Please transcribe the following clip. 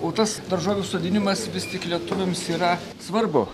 o tas daržovių sodinimas vis tik lietuviams yra svarbu